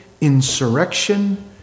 insurrection